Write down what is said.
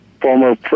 Former